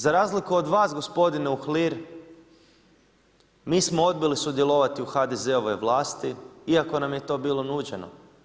Za razliku od vas gospodine Uhlir mi smo odbili sudjelovati u HDZ-ovoj vlasti iako nam je to bilo nuđeno.